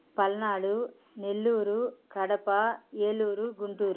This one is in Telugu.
పల్నాడు నెల్లూరు కడప ఏలూరు గుంటూరు